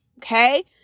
Okay